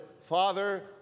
Father